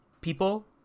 people